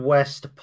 West